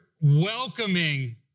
welcoming